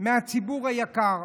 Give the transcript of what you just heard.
מהציבור היקר.